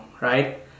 right